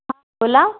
हां बोला